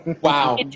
Wow